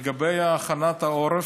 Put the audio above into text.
לגבי הכנת העורף,